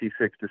C6